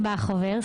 בחובר,